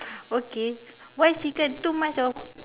okay why chicken too much of